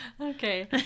Okay